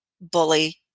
bully